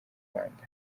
rwanda